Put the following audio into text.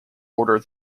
order